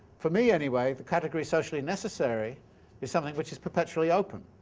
for me anyway, the category socially necessary is something which is perpetually open,